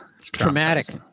traumatic